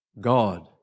God